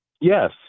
Yes